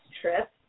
trip